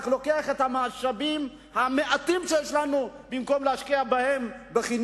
שלוקח את המשאבים המעטים שיש לנו במקום להשקיע בחינוך,